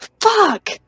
fuck